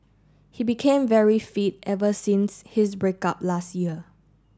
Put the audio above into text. he became very fit ever since his break up last year